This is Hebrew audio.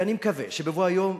ואני מקווה שבבוא היום,